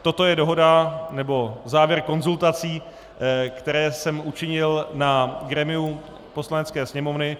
Toto je dohoda nebo závěr konzultací, které jsem učinil na grémiu Poslanecké sněmovny.